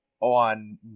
on